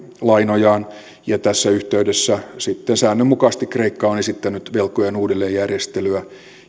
lainojaan tässä yhteydessä sitten säännönmukaisesti kreikka on esittänyt velkojen uudelleenjärjestelyä